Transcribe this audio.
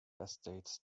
estates